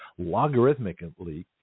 logarithmically